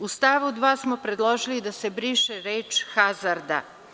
U stavu 2. smo predložili da se briše reč: „hazarda“